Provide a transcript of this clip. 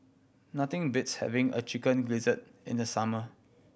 nothing beats having a Chicken Gizzard in the summer